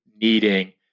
needing